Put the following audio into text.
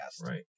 Right